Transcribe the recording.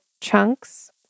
chunks